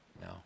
no